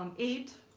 um eight